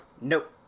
Nope